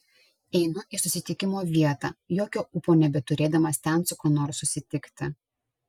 einu į susitikimo vietą jokio ūpo nebeturėdamas ten su kuo nors susitikti